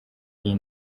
iyi